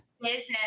business